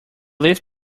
leaf